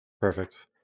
perfect